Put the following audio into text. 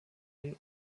ihren